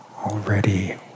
Already